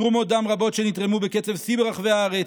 תרומות דם רבות שנתרמו בקצב שיא ברחבי הארץ,